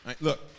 look